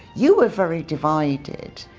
you were very divided.